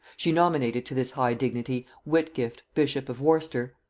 she nominated to this high dignity whitgift bishop of worcester,